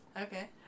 Okay